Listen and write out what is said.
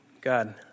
God